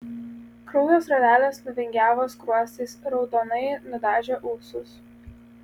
kraujo srovelės nuvingiavo skruostais raudonai nudažė ūsus